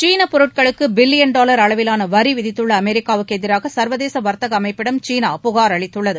சீனப் பெருட்களுக்கு billion dollar அளவிலான வரி விதித்துள்ள அமெரிக்காவுக்கு எதிராக சர்வதேச வர்த்தக அமைப்பிடம் சீனா புகார் அளித்துள்ளது